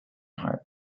heart